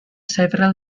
several